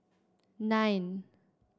nine